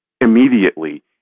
immediately